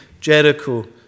Jericho